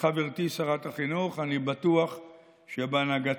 חברתי שרת החינוך, אני בטוח שבהנהגתך